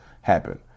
happen